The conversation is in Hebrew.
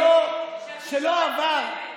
שלא עבר,